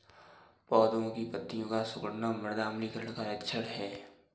पौधों की पत्तियों का सिकुड़ना मृदा अम्लीकरण का लक्षण है